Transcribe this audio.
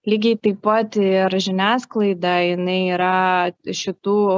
lygiai taip pat ir žiniasklaida jinai yra šitų